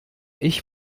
ich